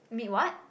meet what